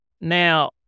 Now